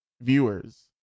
viewers